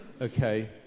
okay